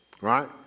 right